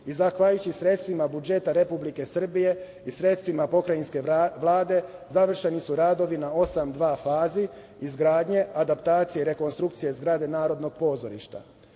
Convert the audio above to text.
i zahvaljujući sredstvima budžeta Republike Srbije i sredstvima pokrajinske Vlade, završeni su radovi na 8.2 fazi izgradnje, adaptacije i rekonstrukcije zgrade Narodnog pozorišta. Imajući